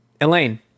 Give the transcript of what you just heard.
Elaine